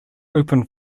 open